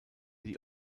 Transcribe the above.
die